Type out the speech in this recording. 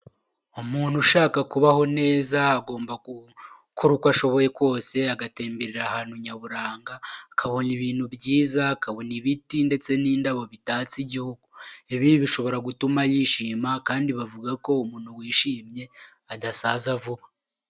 Umuntu ushaka kubaho neza agomba gukora uko ashoboye kose, agatemberera ahantu nyaburanga, akabona ibintu byiza, akabona ibiti ndetse n'indabo bitatse igihugu, ibi bishobora gutuma yishima kandi bavuga ko umuntu wishimye adasaza vuba.